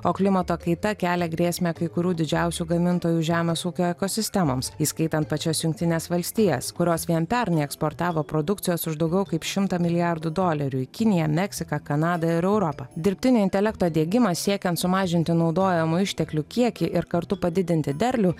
o klimato kaita kelia grėsmę kai kurių didžiausių gamintojų žemės ūkio ekosistemoms įskaitant pačias jungtines valstijas kurios vien pernai eksportavo produkcijos už daugiau kaip šimtą milijardų dolerių į kiniją meksiką kanadą ir europą dirbtinio intelekto diegimas siekiant sumažinti naudojamų išteklių kiekį ir kartu padidinti derlių